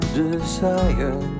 desire